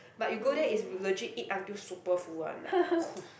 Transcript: but you go there it's legit eat until super full one like !hoo!